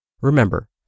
Remember